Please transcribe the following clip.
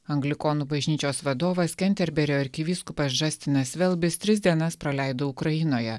anglikonų bažnyčios vadovas kenterberio arkivyskupas džastinas velbis tris dienas praleido ukrainoje